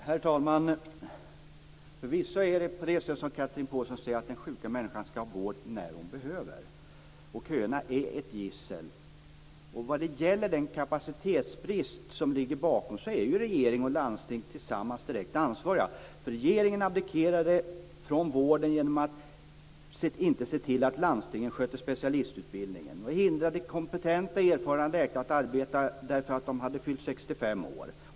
Herr talman! Förvisso är det på det sättet, som Chatrine Pålsson säger, att den sjuka människan skall ha vård när hon behöver. Köerna är ett gissel. Vad gäller den kapacitetsbrist som ligger bakom köerna är regering och landsting tillsammans direkt ansvariga, för regeringen abdikerade från vården genom att inte se till att landstingen skötte specialistutbildningen. Kompetenta och erfarna läkare hindrades från att arbeta därför att de hade fyllt 65 år.